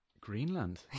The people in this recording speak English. greenland